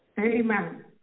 Amen